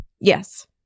Yes